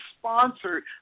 sponsored